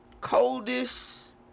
coldest